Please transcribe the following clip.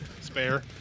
spare